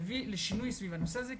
שיביא לשינוי סביב הנושא הזה,